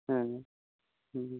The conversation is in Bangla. হ্যাঁ হুম